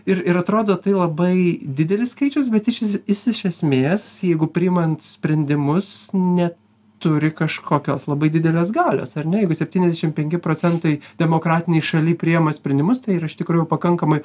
ir ir atrodo tai labai didelis skaičius bet iš jis iš esmės jeigu priimant sprendimus neturi kažkokios labai didelės galios ar ne jeigu septyniasdešimt penki procentai demokratinėj šaly priima sprendimus tai yra iš tikrųjų pakankamai